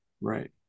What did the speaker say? right